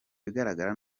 bigaragara